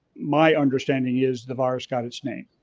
my understanding is the virus got its name.